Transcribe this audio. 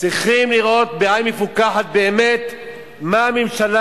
צריכים לראות בעין מפוכחת באמת מה הממשלה